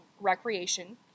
recreation